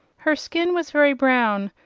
her skin was very brown,